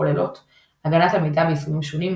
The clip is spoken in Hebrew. וכוללות הגנת המידע ביישומים שונים,